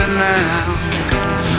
now